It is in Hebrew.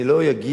אני לא אגיע,